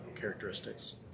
characteristics